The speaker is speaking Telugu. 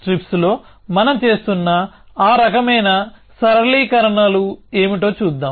స్ట్రిప్స్లో మనం చేస్తున్న ఆ రకమైన సరళీకరణలు ఏమిటో చూద్దాం